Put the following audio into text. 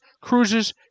cruises